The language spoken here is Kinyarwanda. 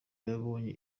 abonye